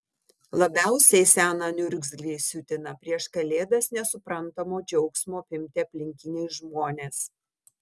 labiausiai seną niurzglį siutina prieš kalėdas nesuprantamo džiaugsmo apimti aplinkiniai žmonės